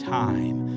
time